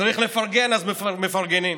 כשצריך לפרגן אז מפרגנים.